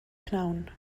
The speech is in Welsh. prynhawn